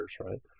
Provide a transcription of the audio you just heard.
right